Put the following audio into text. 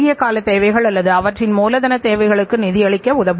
6 சதவீத இலக்கை விடக் குறைவாகவே இருந்ததைக் காட்டுகிறது